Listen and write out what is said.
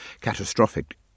catastrophic